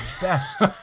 best